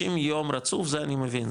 60 יום רצוף זה אני מבין,